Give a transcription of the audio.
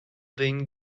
been